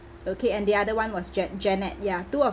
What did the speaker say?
okay and the other one was ja~ janette ya two of